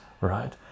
right